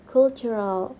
Cultural